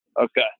Okay